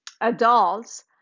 adults